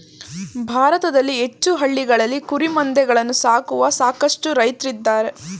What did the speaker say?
ಭಾರತದಲ್ಲಿ ಹೆಚ್ಚು ಹಳ್ಳಿಗಳಲ್ಲಿ ಕುರಿಮಂದೆಗಳನ್ನು ಸಾಕುವ ಸಾಕಷ್ಟು ರೈತ್ರಿದ್ದಾರೆ